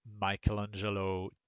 Michelangelo